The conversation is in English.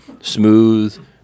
smooth